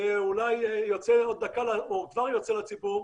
צא לבידוד של יומיים,